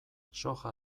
soja